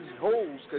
holes